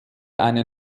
eine